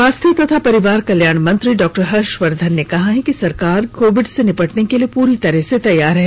स्वास्थ्य तथा परिवार कल्याण मंत्री डॉक्टर हर्षवर्धन ने कहा है कि सरकार कोविड से निपटने के लिए पूरी तरह से तैयार है